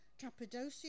Cappadocia